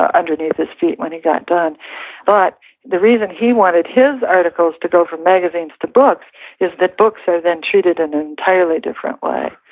ah underneath his feet when he got done but the reason he wanted his articles to go from magazines to books is that books are then treated in an entirely different way,